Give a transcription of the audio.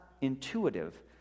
intuitive